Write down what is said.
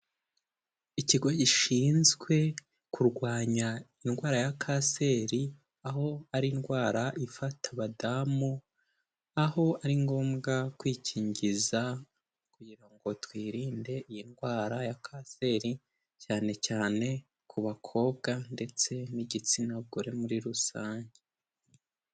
Ikigo gishinzwe kurwanya indwara ya kanseri aho ari indwara ifata abadamu aho ari ngombwa kwikingiza kugira ngo twirinde iyi ndwara ya kanseri cyane cyane ku bakobwa ndetse n'igitsina gore muri rusange.